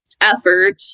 effort